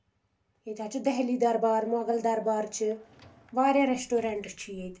ییٚتہِ حظ چھِ دہلی دربار مۄغل دربار چھِ واریاہ ریسٹورَنٛٹ چھِ ییٚتہِ